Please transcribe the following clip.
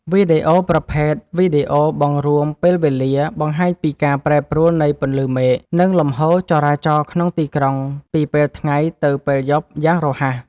វីដេអូប្រភេទ វីដេអូបង្រួមពេលវេលា បង្ហាញពីការប្រែប្រួលនៃពន្លឺមេឃ និងលំហូរចរាចរណ៍ក្នុងទីក្រុងពីពេលថ្ងៃទៅពេលយប់យ៉ាងរហ័ស។